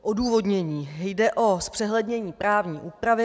Odůvodnění: Jde o zpřehlednění právní úpravy.